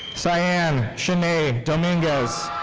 so and chenae dominguez.